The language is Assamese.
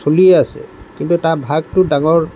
চলিয়ে আছে কিন্তু তাৰ ভাগটো ডাঙৰ